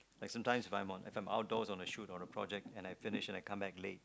I sometimes if I'm outdoors on a shoot or a project and I finished and I come back late